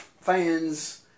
fans